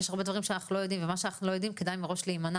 יש הרבה דברים שאנחנו לא יודעים וכדאי מראש להימנע